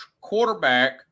quarterback